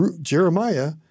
Jeremiah